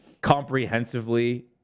comprehensively